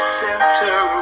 center